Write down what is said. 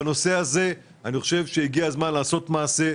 בנושא הזה אני חושב שהגיע הזמן לעשות מעשה,